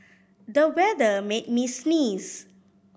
the weather made me sneeze